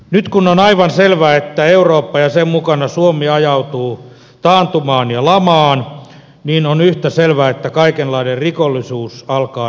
nyt kun on aivan selvä että eurooppa ja sen mukana suomi ajautuu taantumaan ja lamaan niin on yhtä selvää että kaikenlainen rikollisuus alkaa rönsyillä